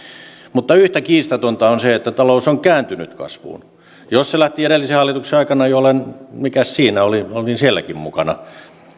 mutta yhtä kiistatonta on se että talous on kääntynyt kasvuun jos se lähti edellisen hallituksen aikana niin mikäs siinä olimme sielläkin mukana